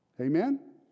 Amen